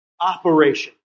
operation